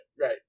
right